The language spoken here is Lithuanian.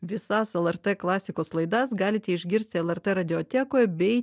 visas lrt klasikos laidas galite išgirsti lrt radiotekoj bei